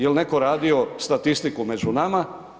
Jel' netko radio statistiku među nama?